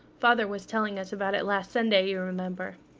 father was telling us about it last sunday, you remember.